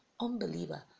unbeliever